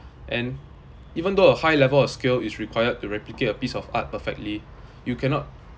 and even though a high level of skill is required to replicate a piece of art perfectly you cannot